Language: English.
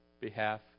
behalf